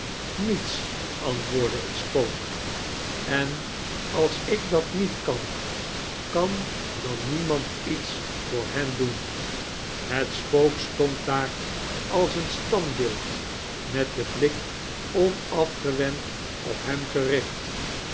niets antwoordde het spook en als ik dat niet kan kan dan niemand iets voor hen doen het spook stond daar als een standbeeld met den blik onafgewend op hem gericht